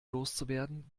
loszuwerden